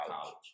college